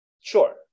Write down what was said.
sure